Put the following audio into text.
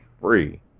free